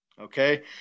Okay